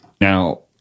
Now